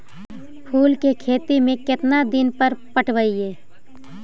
फूल के खेती में केतना दिन पर पटइबै?